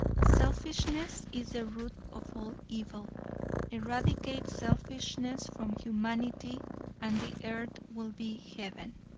selfishness is the root of all evil eradicate selfishness from humanity and the earth will be heaven.